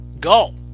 Go